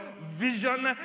vision